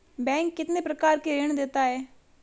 Bank कितने प्रकार के ऋण देता है?